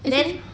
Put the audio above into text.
then